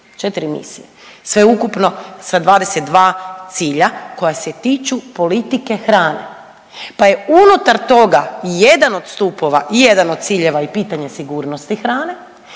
4 misije sveukupno sa 22 cilja koja se tiču politike hrane pa je unutar toga jedan od stupova i jedan od ciljeva i pitanje sigurnosti hrane,